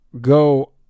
go